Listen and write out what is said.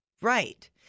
Right